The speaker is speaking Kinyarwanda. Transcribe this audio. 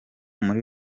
muri